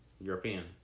European